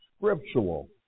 scriptural